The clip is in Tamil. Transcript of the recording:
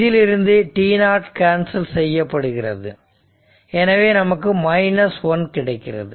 இதிலிருந்து t0 கேன்சல் செய்யப்படுகிறது எனவே நமக்கு 1 கிடைக்கிறது